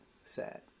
sad